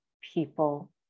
people